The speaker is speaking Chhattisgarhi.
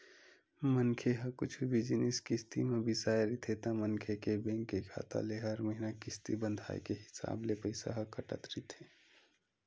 मनखे ह कुछु भी जिनिस किस्ती म बिसाय रहिथे ता मनखे के बेंक के खाता ले हर महिना किस्ती बंधाय के हिसाब ले पइसा ह कटत रहिथे